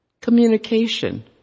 communication